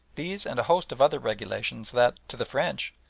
these and a host of other regulations that, to the french,